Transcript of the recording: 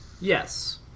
Yes